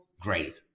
great